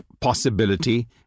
possibility